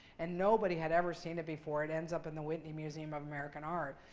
and nobody had ever seen it before, it ends up in the whitney museum of american art,